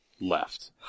left